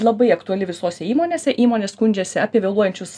labai aktuali visose įmonėse įmonės skundžiasi apie vėluojančius